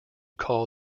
call